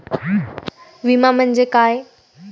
विमा म्हणजे काय?